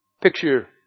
Picture